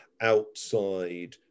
outside